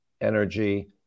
energy